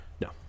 No